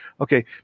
Okay